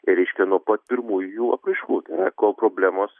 ir reiškia nuo pat pirmųjų jų apraiškų tai yra kol problemos